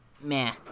meh